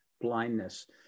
blindness